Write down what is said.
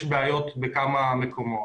יש בעיות בכמה מקומות.